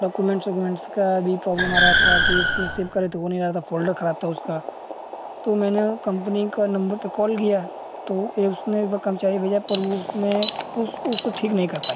document segments की वह भी प्रॉब्लम आ रही थी कि इसमें सेव कर रहे थे वह नहीं हो रहा था फोल्डर खराब था उसका तो मैंने कम्पनी के नम्बर पर काल किया तो उसने कर्मचारी भेजा पर उसने उसको ठीक नहीं कर पाया